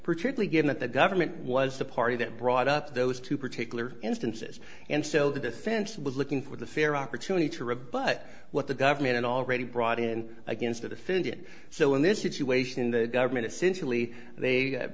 particularly given that the government was the party that brought up those two particular instances and so the defense was looking for the fair opportunity to rebut what the government already brought in and against it offended so in this situation in the government essentially they